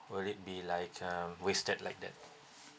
will it be like um wasted like that